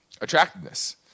attractiveness